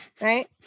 Right